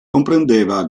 comprendeva